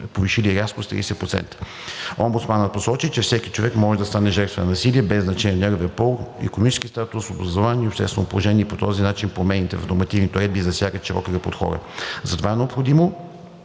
повишили рязко с 30%. Омбудсманът посочи, че всеки човек може да стане жертва на насилие, без значение от неговия пол, икономически статус, образование и обществено положение и по тази причина промените в нормативната уредба засягат широка група от хора. Затова е необходимо